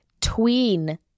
tween